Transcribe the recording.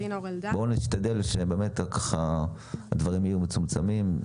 בואו נשתדל שהדברים יהיו באמת מצומצמים.